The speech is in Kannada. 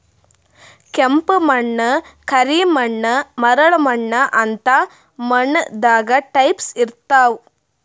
ಕೆಂಪ್ ಮಣ್ಣ್, ಕರಿ ಮಣ್ಣ್, ಮರಳ್ ಮಣ್ಣ್ ಅಂತ್ ಮಣ್ಣ್ ದಾಗ್ ಟೈಪ್ಸ್ ಇರ್ತವ್